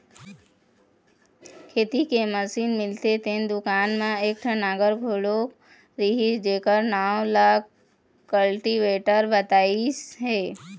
खेती के मसीन मिलथे तेन दुकान म एकठन नांगर घलोक रहिस हे जेखर नांव ल कल्टीवेटर बतइस हे